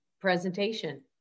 presentation